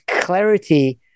clarity